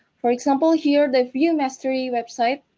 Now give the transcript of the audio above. for example here, the vue mastery website,